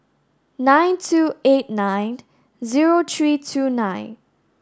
nine two eight nine zero three two nine